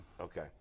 Okay